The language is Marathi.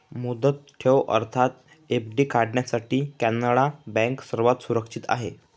मुदत ठेव अर्थात एफ.डी काढण्यासाठी कॅनडा बँक सर्वात सुरक्षित आहे